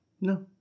No